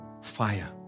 fire